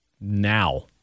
now